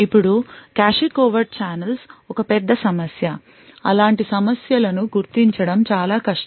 ఇప్పుడు cache covert channels ఒక పెద్ద సమస్య అలాంటి సమస్యలను గుర్తించడం చాలా కష్టం